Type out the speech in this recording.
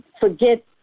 forget